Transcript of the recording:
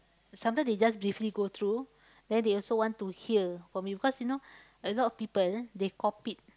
some time they just briefly go through then they also want to hear from you because you know a lot of people they copied